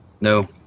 no